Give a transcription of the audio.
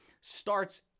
starts